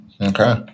okay